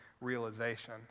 realization